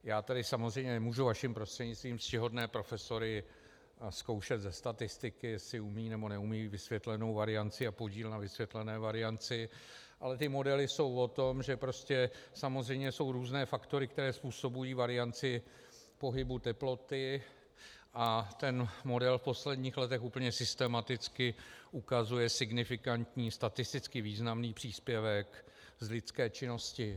Já tady samozřejmě nemůžu vaším prostřednictvím ctihodné profesory zkoušet ze statistiky, jestli umějí, nebo neumějí vysvětlenou varianci a používat vysvětlenou varianci, ale ty modely jsou o tom, že jsou různé faktory, které způsobují varianci pohybu teploty, a ten model v posledních letech úplně systematicky ukazuje signifikantní statisticky významný příspěvek z lidské činnosti.